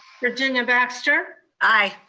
virginia baxter. aye.